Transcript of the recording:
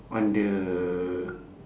on the